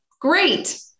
Great